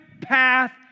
path